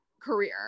career